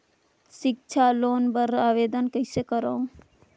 सिक्छा लोन बर आवेदन कइसे करव?